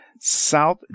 South